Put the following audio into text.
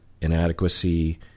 inadequacy